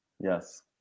Yes